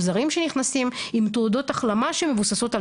או זרים שנכנסים עם תעודות החלמה שמבוססת על